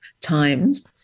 times